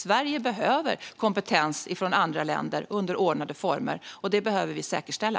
Sverige behöver kompetens från andra länder under ordnade former, och det behöver vi säkerställa.